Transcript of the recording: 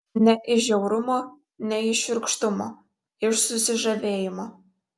ne iš žiaurumo ne iš šiurkštumo iš susižavėjimo